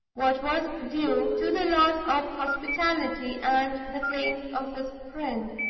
what was due to the laws of hospitality and the claims of his friend.